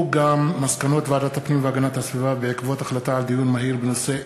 מסקנות ועדת הפנים והגנת הסביבה בעקבות דיון מהיר בהצעתם של